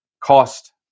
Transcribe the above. cost